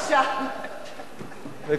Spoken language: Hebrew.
זה כבר עיתון של האויב, "אל-ארד".